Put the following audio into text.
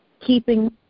keeping